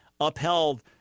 upheld